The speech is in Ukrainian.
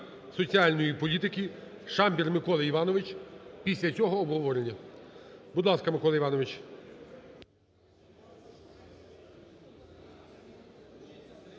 соціальної політики Шамбір Микола Іванович. Після цього – обговорення. Будь ласка, Микола Іванович.